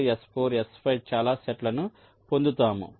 మనము S1 S2 S3 S4 S5 చాలా సెట్లను పొందుతాము